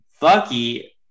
Bucky